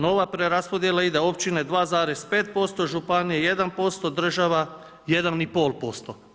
Nova preraspodjela ide općine 2,5%, županije 1%, država 1,5%